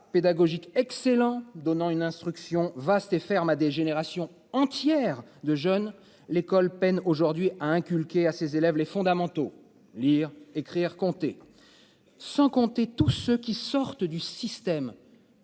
pédagogiques excellent donnant une instruction vaste et ferme à des générations entières de jeunes l'école peine aujourd'hui à inculquer à ses élèves les fondamentaux, lire, écrire, compter. Sans compter tous ceux qui sortent du système.